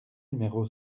numéro